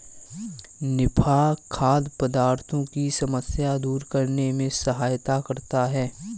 निफा खाद्य पदार्थों की समस्या दूर करने में सहायता करता है